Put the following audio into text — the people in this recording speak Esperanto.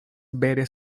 vere